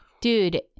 Dude